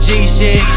G-Shit